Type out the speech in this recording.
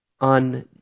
on